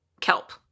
kelp